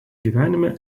gyvenime